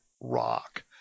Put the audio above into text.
rock